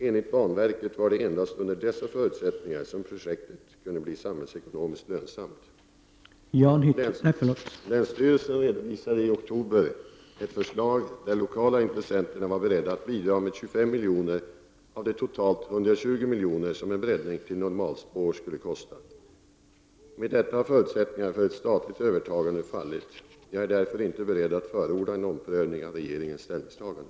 Enligt banverket var det endast under dessa förutsättningar som projektet kunde bli samhällsekonomiskt lönsamt. Länsstyrelsen redovisade i oktober ett förslag där de lokala intressenterna var beredda att bidra med 25 milj.kr. av de totalt 120 milj.kr. som en breddning till normalspår skulle kosta. Med detta har förutsättningarna för ett statligt övertagande fallit. Jag är därför inte beredd att förorda en omprövning av regeringens ställningstagande.